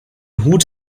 hut